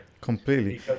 Completely